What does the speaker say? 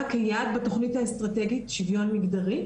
כיעד בתוכנית האסטרטגית שיוויון מגדרי,